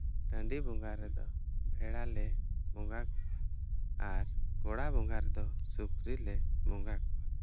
ᱴᱟᱺᱰᱤ ᱵᱚᱸᱜᱟ ᱨᱮᱫᱚ ᱵᱷᱮᱲᱟ ᱞᱮ ᱵᱚᱸᱜᱟ ᱠᱚᱣᱟ ᱟᱨ ᱜᱚᱲᱟ ᱵᱚᱸᱜᱟ ᱨᱮᱫᱚ ᱥᱩᱠᱨᱤ ᱞᱮ ᱵᱚᱸᱜᱟ ᱠᱚᱣᱟ